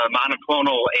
monoclonal